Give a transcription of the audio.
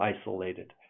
isolated